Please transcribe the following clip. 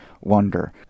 wonder